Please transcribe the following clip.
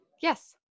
Yes